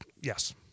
yes